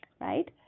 Right